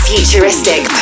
Futuristic